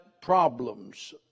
problems